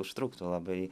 užtruktų labai